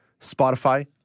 Spotify